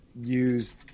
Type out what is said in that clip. use